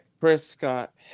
Prescott